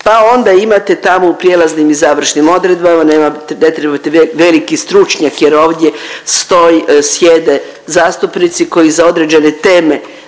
pa onda imate tamo u prijelaznim i završnim odredbama ne trebate veliki stručnjak jer ovdje sjede zastupnici koji za određene teme